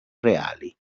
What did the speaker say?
reali